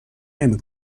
نمی